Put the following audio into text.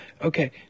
Okay